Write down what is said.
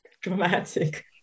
dramatic